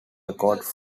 records